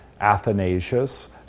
Athanasius